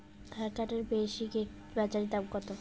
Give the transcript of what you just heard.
ধান কাটার মেশিন এর বাজারে দাম কতো?